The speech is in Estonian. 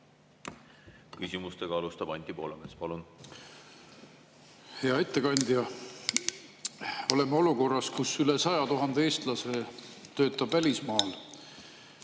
Küsimustega alustab Anti Poolamets. Palun! Hea ettekandja! Oleme olukorras, kus üle 100 000 eestlase töötab välismaal,